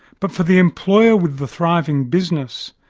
but for the employer with the thriving business,